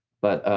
but